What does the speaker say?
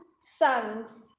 sons